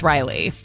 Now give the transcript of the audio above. Riley